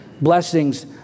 blessings